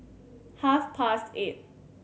half past eight